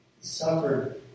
suffered